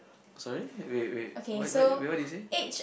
sorry wait wait what what what did you say